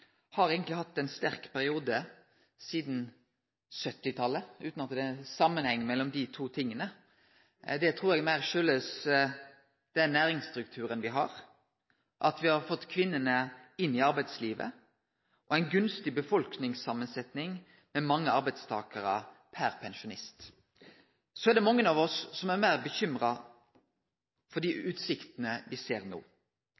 har eigentleg hatt ein sterk periode sidan 1970-tallet – utan at det er ein samanheng mellom desse to tinga. Nei, det trur eg heller kjem av den næringsstrukturen me har, at me har fått kvinnene inn i arbeidslivet, og en gunstig befolkningssamansetting med mange arbeidstakarar per pensjonist. Mange av oss er meir bekymra over dei utsiktane me no